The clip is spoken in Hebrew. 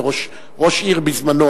וראש העיר בזמנו,